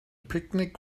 picnic